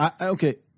okay